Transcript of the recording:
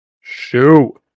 Shoot